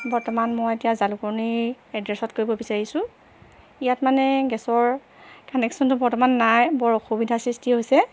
বৰ্তমান মই এতিয়া জালুকনী এড্ৰেছত কৰিব বিচাৰিছোঁ ইয়াত মানে গেছৰ কানেকশ্যনটো বৰ্তমান নাই বৰ অসুবিধাৰ সৃষ্টি হৈছে